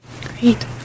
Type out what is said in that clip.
Great